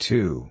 Two